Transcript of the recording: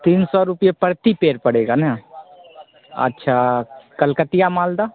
तीन सौ रुपये प्रति पेड़ पड़ेगा ना अच्छा कलकतिया मालदा